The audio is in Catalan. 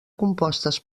compostes